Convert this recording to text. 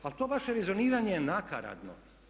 Ali to vaše rezoniranje je nakaradno.